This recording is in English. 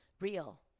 real